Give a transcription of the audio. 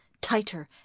tighter